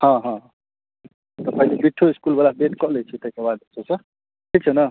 हँ हँ पहिने बिट्ठो इस्कुलवला वेट कऽ लैत छियै ताहिके बाद ओतयसँ ठीक छै ने